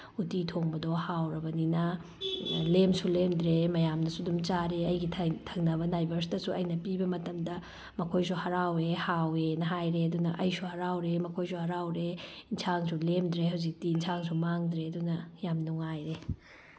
ꯎꯇꯤ ꯊꯣꯡꯕꯗꯣ ꯍꯥꯎꯔꯕꯅꯤꯅ ꯂꯦꯝꯁꯨ ꯂꯦꯝꯗ꯭ꯔꯦ ꯃꯌꯥꯝꯅꯁꯨ ꯑꯗꯨꯝ ꯆꯥꯔꯦ ꯑꯩꯒꯤ ꯊꯪꯅꯕ ꯅꯥꯏꯕꯔꯁꯇꯁꯨ ꯑꯩꯅ ꯄꯤꯕ ꯃꯇꯝꯗ ꯃꯈꯣꯏꯁꯨ ꯍꯔꯥꯎꯋꯦ ꯍꯥꯎꯋꯦꯅ ꯍꯥꯏꯔꯦ ꯑꯗꯨꯅ ꯑꯩꯁꯨ ꯍꯔꯥꯎꯔꯦ ꯃꯈꯣꯏꯁꯨ ꯍꯔꯥꯎꯔꯦ ꯏꯟꯁꯥꯡꯁꯨ ꯂꯦꯝꯗ꯭ꯔꯦ ꯍꯧꯖꯤꯛꯇꯤ ꯏꯟꯁꯥꯡꯁꯨ ꯃꯥꯡꯗ꯭ꯔꯦ ꯑꯗꯨꯅ ꯌꯥꯝ ꯅꯨꯡꯉꯥꯏꯔꯦ